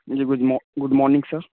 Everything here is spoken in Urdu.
G good good morning sir